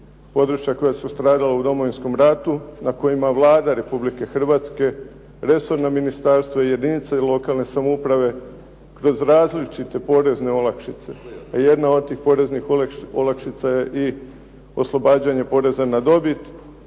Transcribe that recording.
Područja koja su stradala u Domovinskom ratu na kojima Vlada Republike Hrvatske, resorna ministarstva i jedinice i lokalne samouprave kroz različite porezne olakšice, a jedna od tih poreznih olakšica je i oslobađanje poreza na dobit,